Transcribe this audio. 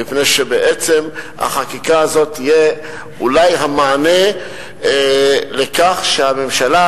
מפני שבעצם החקיקה הזאת תהיה אולי המענה לכך שהממשלה